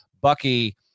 Bucky